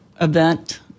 event